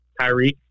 Tyreek